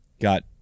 Got